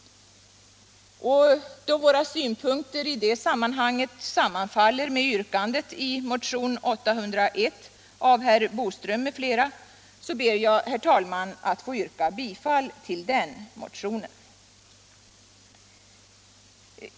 Då våra synpunkter i det sammanhanget sammanfaller med yrkandet i motionen 801 av herr Boström m.fl., ber jag, herr talman, att få yrka bifall till denna motion.